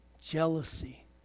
jealousy